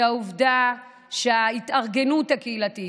היא העובדה שההתארגנות הקהילתית,